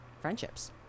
friendships